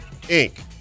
Inc